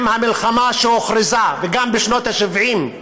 עם המלחמה שהוכרזה, וגם בשנות ה-70,